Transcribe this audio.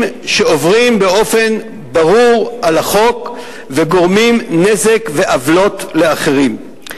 שעוברים באופן ברור על החוק וגורמים נזק ועוולות לאחרים.